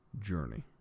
journey